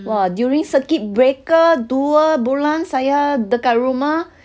!wah! during circuit breaker dua bulan saya dekat rumah